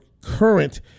current